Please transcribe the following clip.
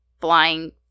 flying